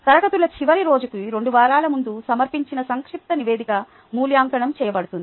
తరగతుల చివరి రోజుకు 2 వారాల ముందు సమర్పించిన సంక్షిప్త నివేదిక మూల్యాంకనం చేయబడుతుంది